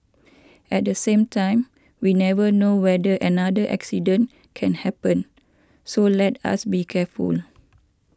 at the same time we never know whether another accident can happen so let us be careful